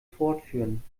fortführen